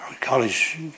college